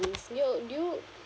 your do you